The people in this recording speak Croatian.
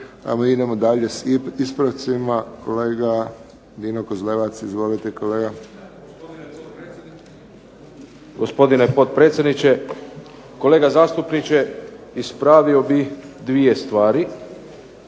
A mi idemo dalje s ispravcima kolega Dino Kozlevac. Izvolite kolega. **Kozlevac, Dino (SDP)** Gospodine potpredsjedniče. Kolega zastupniče ispravio bih dvije stvari.